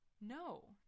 no